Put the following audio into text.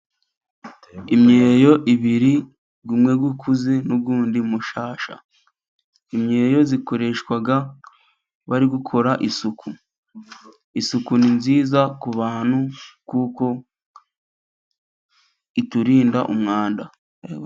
Imyeyo ibiri iri kumwe, umwe ukuze n'undi mushya ; Imyeyo ikoreshwa bari gukora isuku, isuku ni nziza ku bantu kuko iturinda umwanda.